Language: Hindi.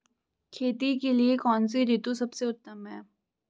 खेती के लिए कौन सी ऋतु सबसे उत्तम है?